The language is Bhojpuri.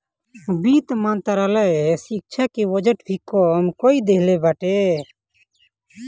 वित्त मंत्रालय शिक्षा के बजट भी कम कई देहले बाटे